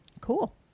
Cool